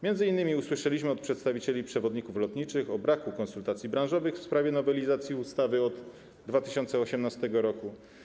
M.in. usłyszeliśmy od przedstawicieli przewoźników lotniczych o braku konsultacji branżowych w sprawie nowelizacji ustawy od 2018 r.